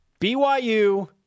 BYU